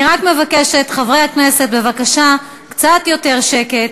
אני רק מבקשת, חברי הכנסת, בבקשה, קצת יותר שקט.